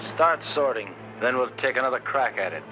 start sorting then we'll take another crack at it